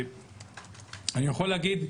אני יכול להגיד,